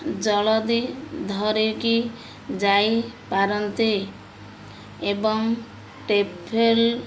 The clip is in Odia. ଜଳଦି ଧରିକି ଯାଇପାରନ୍ତି ଏବଂ ଟେଫେଲ